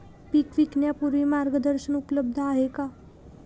पीक विकण्यापूर्वी मार्गदर्शन उपलब्ध आहे का?